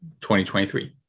2023